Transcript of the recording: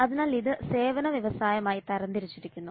അതിനാൽ ഇത് സേവന വ്യവസായമായി തരംതിരിച്ചിരിക്കുന്നു